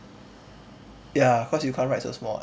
ya cause you can't write so small [what]